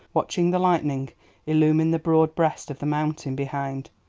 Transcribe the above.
watching the lightning illumine the broad breast of the mountain behind.